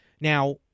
Now